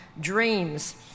dreams